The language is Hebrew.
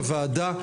בוועדה.